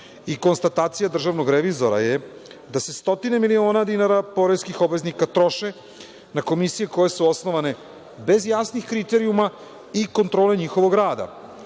konstatacija državnog revizora je da se stotine miliona dinara poreskih obveznika troše na komisije koje su osnovane bez jasnih kriterijuma i kontrole njihovog rada.